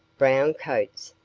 brown coats,